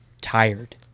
tired